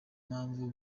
mpamvu